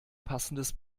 passendes